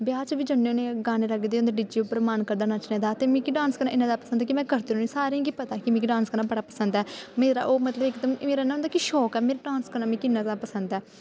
ब्याह् च बी जन्ने होन्ने गाने लग्गे दे होंदे डी जे उप्पर मन करदा नच्चने दा ते मिगी डांस इन्ना जादा पसंद ऐ कि में करदी रौह्न्नी होन्नी सारें गी पता ऐ कि मिगी डांस करना बड़ा पसंद ऐ मेरा ओह् मतलब इक ते मेरे शौंक ऐ मेरा डांस करना मिगी इन्ना जादा पसंद ऐ